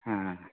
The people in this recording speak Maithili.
हँ